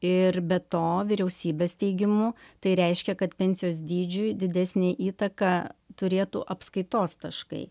ir be to vyriausybės teigimu tai reiškia kad pensijos dydžiui didesnę įtaką turėtų apskaitos taškai